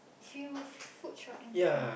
few food shop in front